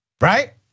right